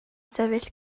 sefyll